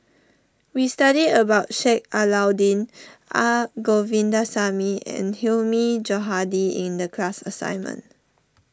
we studied about Sheik Alau'ddin Naa Govindasamy and Hilmi Johandi in the class assignment